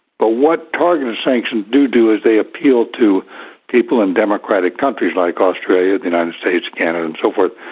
but what targeted sanctions do, do is they appeal to people in democratic countries, like australia, the united states, canada, and so forth,